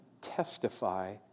testify